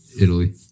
italy